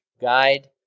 guide